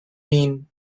mean